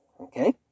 Okay